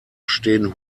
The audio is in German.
stehen